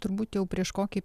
turbūt jau prieš kokį